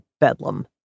bedlam